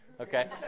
okay